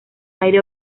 aire